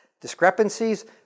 Discrepancies